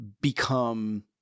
become